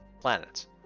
planets